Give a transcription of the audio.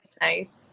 nice